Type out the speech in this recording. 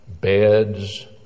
beds